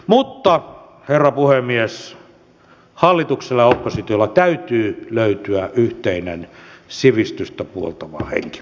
mutta herra puhemies hallitukselta ja oppositiolta täytyy löytyä yhteinen sivistystä puoltava henki